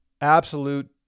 absolute